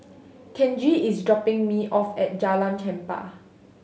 Kenji is dropping me off at Jalan Chempah